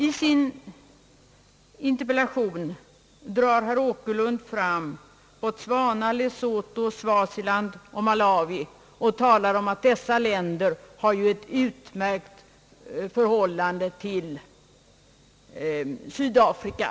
I sin interpellation drar herr Åkerlund upp Botswana, Lesotho, Swaziland och Malawi och talar om att dessa länder står i utmärkt förhållande till Sydafrika.